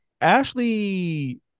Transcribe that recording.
Ashley